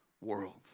world